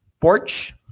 porch